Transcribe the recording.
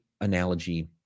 analogy